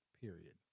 period